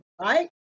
right